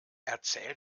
erzähl